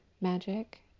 magic